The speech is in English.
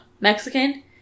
Mexican